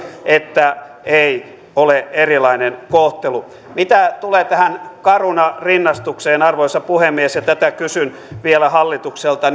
että ei ole erilainen kohtelu mitä tulee tähän caruna rinnastukseen arvoisa puhemies tätä kysyn vielä hallitukselta